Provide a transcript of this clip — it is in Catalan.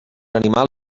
animals